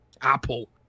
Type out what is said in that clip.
Apple